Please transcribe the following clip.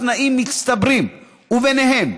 כמה תנאים מצטברים, וביניהם: